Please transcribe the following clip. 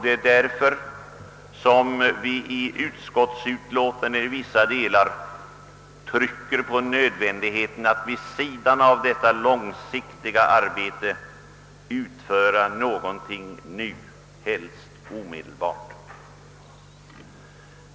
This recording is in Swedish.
Detta är anledningen till att vi på ett par ställen i utskottsutlåtandet tryckt på nödvändigheten av att det vid sidan av detta långsiktiga arbete görs någonting nu, helst omedelbart.